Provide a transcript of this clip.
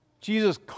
Jesus